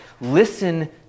listen